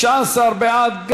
16 בעד.